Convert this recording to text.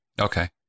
okay